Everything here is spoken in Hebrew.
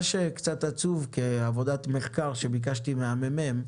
מעבודת מחקר שביקשתי מהממ"מ